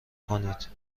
کنید